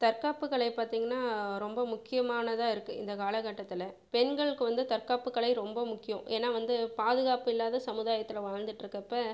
தற்காப்பு கலை பார்த்தீங்கனா ரொம்ப முக்கியமானதாக இருக்குது இந்த காலகட்டத்தில் பெண்களுக்கு வந்து தற்காப்பு கலை ரொம்ப முக்கியம் ஏன்னால் வந்து பாதுகாப்பு இல்லாத சமுதாயத்தில் வாழ்ந்துகிட்ருக்கப்ப